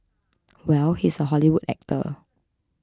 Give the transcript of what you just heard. well he's a Hollywood actor